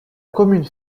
commune